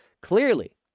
Clearly